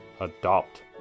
Adopt